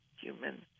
human